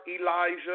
Elijah